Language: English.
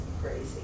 crazy